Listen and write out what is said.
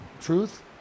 truth